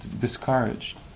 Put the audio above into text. discouraged